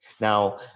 Now